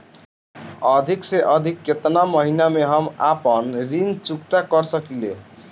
अधिक से अधिक केतना महीना में हम आपन ऋण चुकता कर सकी ले?